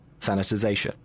sanitization